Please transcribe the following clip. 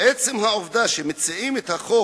עצם העובדה שמציעים את החוק